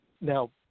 Now